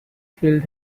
filled